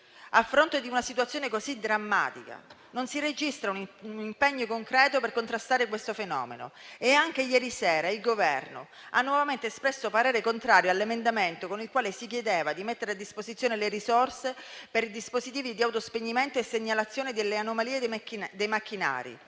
A fronte di una situazione così drammatica, non si registra un impegno concreto per contrastare questo fenomeno e anche ieri sera il Governo ha nuovamente espresso parere contrario all'emendamento con il quale si chiedeva di mettere a disposizione le risorse per i dispositivi di autospegnimento e segnalazione delle anomalie dei macchinari